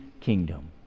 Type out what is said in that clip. kingdom